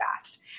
fast